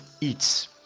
EATs